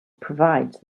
provides